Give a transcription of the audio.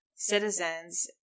citizens